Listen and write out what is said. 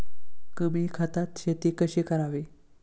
कमी खतात शेती कशी करावी?